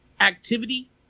activity